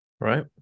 right